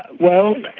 well,